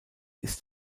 ist